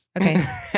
Okay